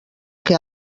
que